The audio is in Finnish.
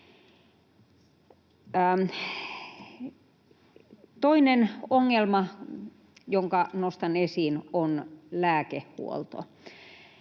Toinen ongelma, jonka nostan esiin, on lääkehuolto.